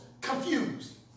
confused